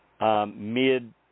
mid